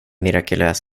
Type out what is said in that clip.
mirakulös